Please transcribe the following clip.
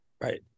Right